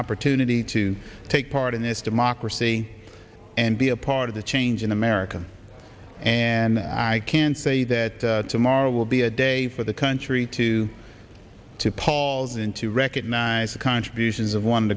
opportunity to take part in this democracy and be a part of the change in america and i can say that tomorrow will be a day for the country to to paul's and to recognize the contributions of one of